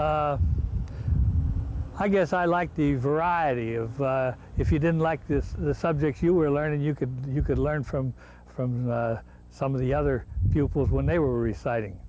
it i guess i like the variety of if you didn't like this the subjects you were learning you could you could learn from from some of the other pupils when they were reciting